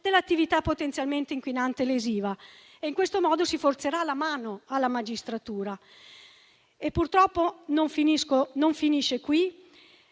dell'attività potenzialmente inquinante e lesiva. In questo modo si forzerà la mano alla magistratura. Purtroppo non finisce qui.